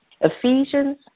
Ephesians